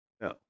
No